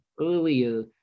earlier